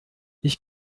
ich